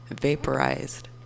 Vaporized